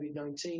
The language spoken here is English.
COVID-19